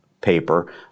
paper